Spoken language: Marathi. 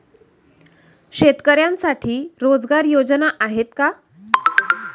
शेतकऱ्यांसाठी रोजगार योजना आहेत का?